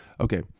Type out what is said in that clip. Okay